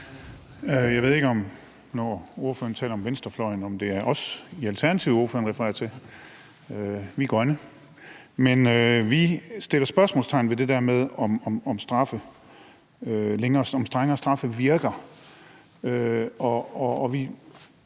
Jeg ved ikke, om det, når ordføreren taler om venstrefløjen, er os i Alternativet, ordføreren refererer til. Vi er grønne. Men vi sætter spørgsmålstegn ved, om strengere straffe virker. Vi